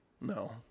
No